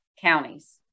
counties